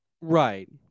Right